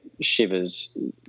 shivers